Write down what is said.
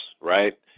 Right